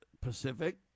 Pacific